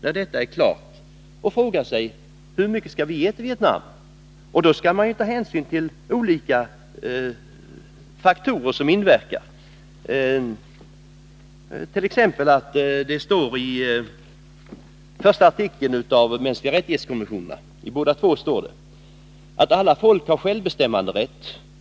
När vi nu ställer oss den frågan skall vi också ta hänsyn till olika faktorer som inverkar, t.ex. vad som står i första artikeln i konventionen om mänskliga rättigheter: ”Alla folk har självbestämmanderätt.